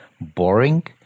boring